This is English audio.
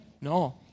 No